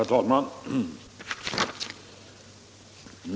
Herr talman!